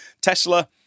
Tesla